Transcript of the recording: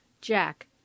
Jack